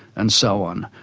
and so on,